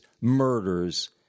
murders